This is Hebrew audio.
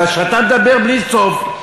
אבל כשאתה מדבר בלי סוף,